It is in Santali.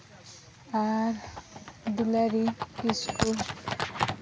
ᱟᱨ ᱫᱩᱞᱟᱹᱲᱤ ᱠᱤᱥᱠᱩ